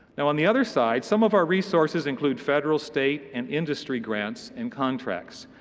now, on the other side, some of our resources include federal, state and industry grants and contracts.